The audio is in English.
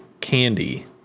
candy